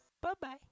Bye-bye